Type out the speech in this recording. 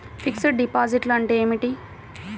Fixed డిపాజిట్లు అంటే ఏమిటి?